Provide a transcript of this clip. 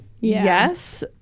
yes